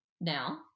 Now